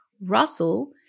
Russell